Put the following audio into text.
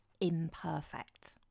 imperfect